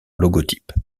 logotype